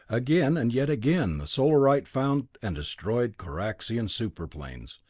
again and yet again the solarite found and destroyed kaxorian super-planes,